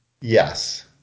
yes